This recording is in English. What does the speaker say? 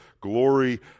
glory